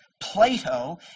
Plato